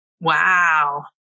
Wow